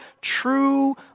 true